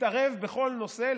תתערב בכל נושא.